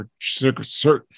certain